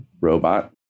robot